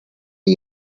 are